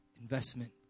investment